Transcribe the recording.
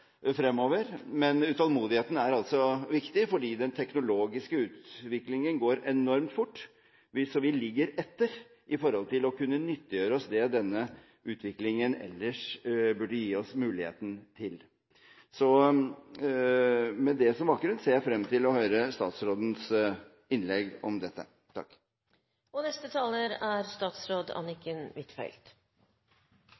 fremover. Men utålmodigheten er viktig, for den teknologiske utviklingen går enormt fort, og vi ligger etter når det gjelder å kunne nyttiggjøre oss det denne utviklingen ellers burde gi oss muligheten til. Med det som bakgrunn ser jeg frem til å høre statsrådens innlegg om dette.